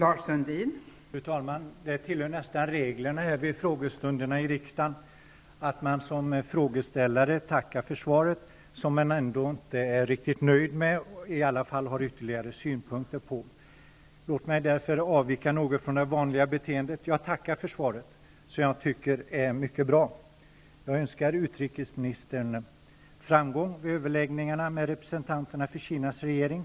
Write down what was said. Fru talman! Det är nästan regel vid frågestunderna att man som frågeställare tackar för svaret, som man ändå inte är riktigt nöjd med eller har ytterligare synpunkter på. Låt mig avvika något från det vanliga betendet genom att tacka för svaret, som jag tycker är mycket bra. Jag önskar utrikesministern framgång vid överläggningarna med representarna för Kinas regering.